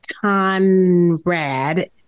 Conrad